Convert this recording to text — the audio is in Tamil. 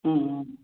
ம் ம்